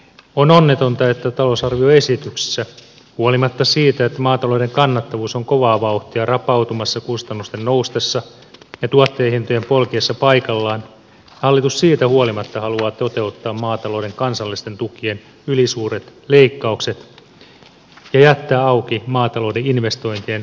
on onnetonta että talousarvioesityksessä huolimatta siitä että maatalouden kannattavuus on kovaa vauhtia rapautumassa kustannusten noustessa ja tuottajahintojen polkiessa paikallaan hallitus haluaa toteuttaa maatalouden kansallisten tukien ylisuuret leikkaukset ja jättää auki maatalouden investointien rahoitustuen